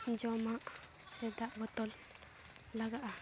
ᱡᱚᱢᱟᱜ ᱥᱮ ᱫᱟᱜ ᱵᱚᱛᱚᱞ ᱞᱟᱜᱟᱜᱼᱟ